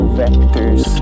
vectors